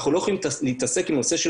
אנחנו לא יכולים להתעסק עם הנושא של